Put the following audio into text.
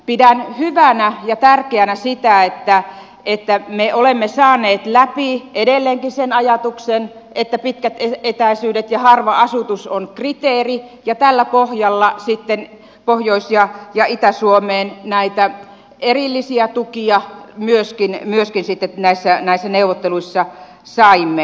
pidän hyvänä ja tärkeänä sitä että me olemme saaneet läpi edelleenkin sen ajatuksen että pitkät etäisyydet ja harva asutus ovat kriteeri ja tällä pohjalla sitten pohjois ja itä suomeen näitä erillisiä tukia myöskin sitten näissä neuvotteluissa saimme